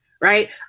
Right